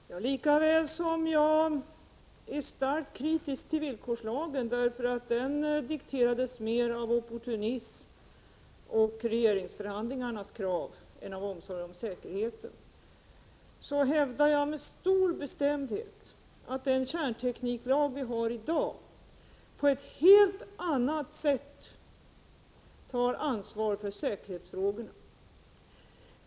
Herr talman! Lika väl som jag är starkt kritisk till villkorslagen därför att den dikterades mer av opportunism och regeringsförhandlingarnas krav än av omsorg om säkerheten, hävdar jag med stor bestämdhet att den kärntekniklag vi har i dag på ett helt annat sätt tar ansvar för säkerhetsfrågorna.